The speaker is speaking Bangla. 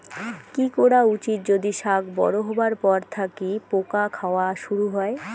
কি করা উচিৎ যদি শাক বড়ো হবার পর থাকি পোকা খাওয়া শুরু হয়?